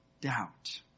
doubt